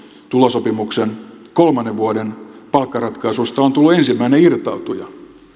tulosopimuksen kolmannen vuoden palkkaratkaisuista on tullut ensimmäinen irtautuja